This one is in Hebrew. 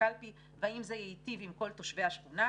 הקלפי והאם זה ייטיב עם כל תושבי השכונה,